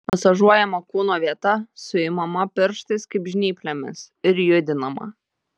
masažuojama kūno vieta suimama pirštais kaip žnyplėmis ir judinama